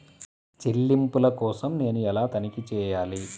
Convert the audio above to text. చెల్లింపుల కోసం నేను ఎలా తనిఖీ చేయాలి?